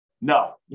No